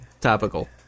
Topical